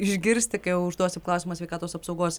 išgirsti kai užduosiu klausimą sveikatos apsaugos